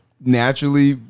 Naturally